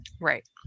Right